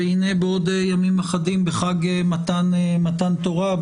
והנה בעוד ימים אחדים בחג מתן תורה,